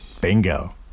Bingo